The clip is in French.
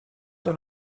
dans